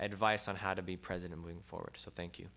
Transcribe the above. advice on how to be president moving forward so thank you